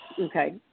Okay